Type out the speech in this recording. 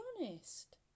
honest